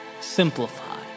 Simplify